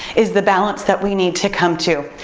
is the balance that we need to come to.